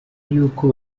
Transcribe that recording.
yuko